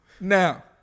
Now